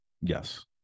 Yes